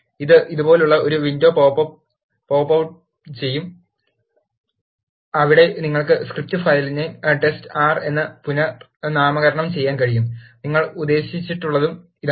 ഇത് ഇതുപോലുള്ള ഒരു വിൻഡോ പോപ്പ് out ട്ട് ചെയ്യും അവിടെ നിങ്ങൾക്ക് സ്ക്രിപ്റ്റ് ഫയലിനെ ടെസ്റ്റ് ആർ എന്ന് പുനർനാമകരണം ചെയ്യാൻ കഴിയും നിങ്ങൾ ഉദ്ദേശിച്ചുള്ളതാണ്